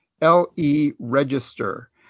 L-E-Register